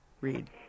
read